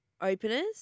openers